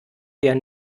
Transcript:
der